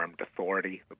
authority